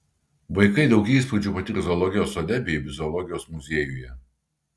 vaikai daug įspūdžių patirs zoologijos sode bei zoologijos muziejuje